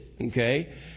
Okay